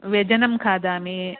व्यञ्जनं खादामि